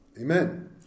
amen